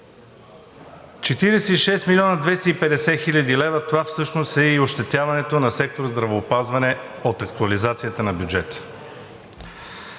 и петдесет хиляди лева – това всъщност е и ощетяването на сектор „Здравеопазване“ от актуализацията на бюджета.